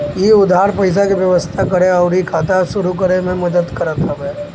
इ उधार पईसा के व्यवस्था करे अउरी खाता शुरू करे में मदद करत हवे